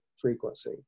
frequency